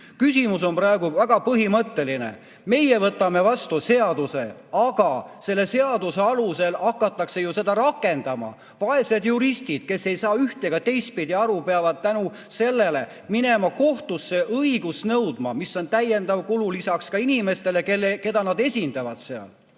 Küsimus on praegu väga põhimõtteline. Meie võtame vastu seaduse, aga selle seaduse alusel hakatakse seda ju rakendama. Vaesed juristid, kes ei saa ühte‑ ega teistpidi aru, peavad seetõttu minema kohtusse õigust nõudma, mis on täiendav kulu ka inimestele, keda nad esindavad.